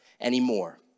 anymore